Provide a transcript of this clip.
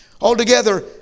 altogether